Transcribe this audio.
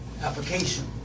application